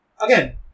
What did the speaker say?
again